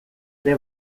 ere